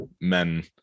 men